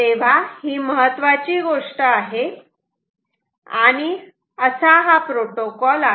तेव्हा ही महत्त्वाची गोष्ट आहे आणि असा हा प्रोटोकॉल आहे